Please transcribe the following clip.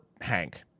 Hank